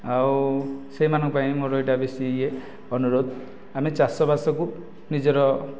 ଆଉ ସେମାନଙ୍କ ପାଇଁ ମୋର ଏଟା ବେଶି ଅନୁରୋଧ ଆମେ ଚାଷ ବାସ କୁ ନିଜର